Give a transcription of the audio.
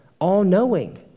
all-knowing